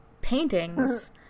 paintings